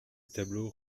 tableau